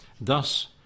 Thus